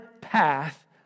path